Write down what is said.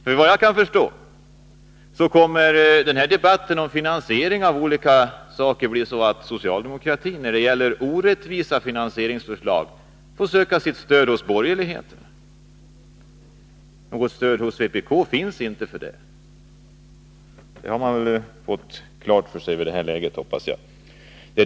Såvitt jag förstår kan den här debatten om finansieringen av olika saker komma att bli sådan att socialdemokraterna när det gäller orättvisa förslag får söka stöd hos de borgerliga. Något stöd hos vpk finns inte härvidlag — det hoppas jag att socialdemokraterna har fått klart för sig vid det här laget.